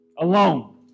Alone